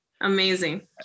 Amazing